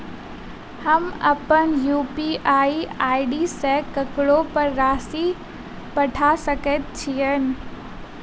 हम अप्पन UPI ID सँ ककरो पर राशि पठा सकैत छीयैन?